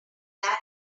that